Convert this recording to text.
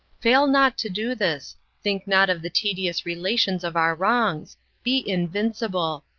fail not to do this think not of the tedious relations of our wrongs be invincible.